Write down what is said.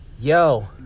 Yo